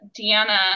Deanna